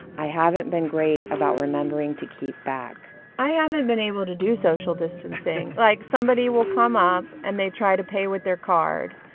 i haven't been great about remembering to keep back i haven't been able to do social distancing like, somebody will come up. and they try to pay with their card.